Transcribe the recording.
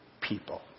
people